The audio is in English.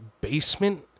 basement